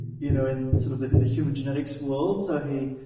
you know, and sort of the the human genetics' world. so, he